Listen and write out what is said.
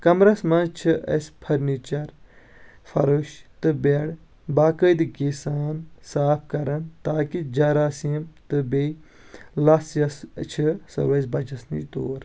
کمرس منٛز چھ أسۍ فٔرنیٖچر فرٕش تہٕ بیڈ باقأعدٕگی سان صاف کران تاکہ جراثیٖم تہٕ بیٚیہِ لژھ یۄس چھ سُہ روزِ بچس نِش دوٗر